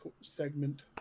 segment